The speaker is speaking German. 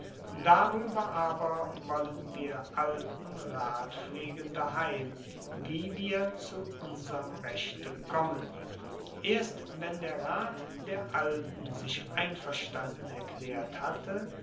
darueber aber wollen wir alten rat pflegen daheim wie wir zu unsrem rechte kommen erst wenn der rat der alten sich einverstanden erklaert hatte